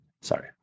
Sorry